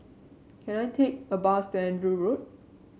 can I take a bus to Andrew Road